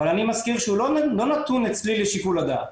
אבל אני מזכיר שהוא לא נתון אצלי לשיקול הדעת.